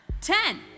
Ten